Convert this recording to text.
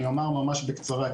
ואני אומר ממש בקצרה,